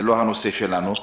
זה לא הנושא שלנו.